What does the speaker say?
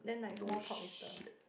no shit